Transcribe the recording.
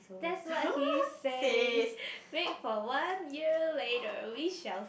that's what he says wait for one year later we shall